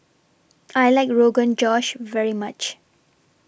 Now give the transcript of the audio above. I like Rogan Josh very much